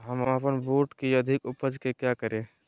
हम अपन बूट की अधिक उपज के क्या करे?